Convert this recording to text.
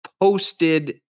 posted